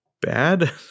bad